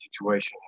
situation